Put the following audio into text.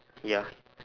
ya